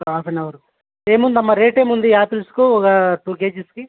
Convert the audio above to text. half an hour ఏముంది అమ్మ rate ఏముంది యాపిల్స్కు ఒక టూ కేజెస్కి